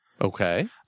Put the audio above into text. Okay